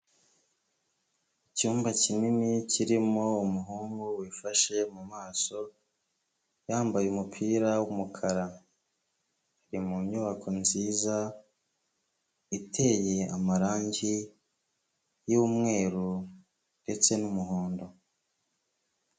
Icyumba kinini kirimo umuhungu wifashe mu maso yambaye umupira w'umukara. Ari mu nyubako nziza iteye amarangi y'umweru ndetse n'umuhondo.